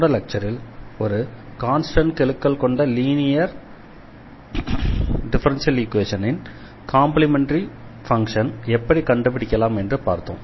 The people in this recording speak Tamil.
போன லெக்சரில் ஒரு கான்ஸ்டண்ட் கெழுக்கள் கொண்ட லீனியர் டிஃபரன்ஷியல் ஈக்வேஷனின் காம்ப்ளிமெண்டரி ஃபங்ஷனை எப்படி கண்டுபிடிக்கலாம் என்று பார்த்தோம்